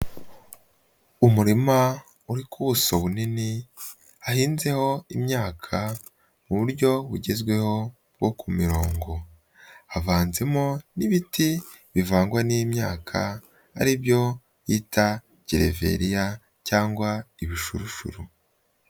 Umurima uri ku buso bunini hahinzeho imyaka mu buryo bugezweho bwo ku mirongo, havanzemo n'ibiti bivangwa n'imyaka ari byo bita gereveriyaa cyangwa ibishurushuru.